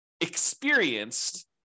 experienced